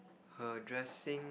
her dressing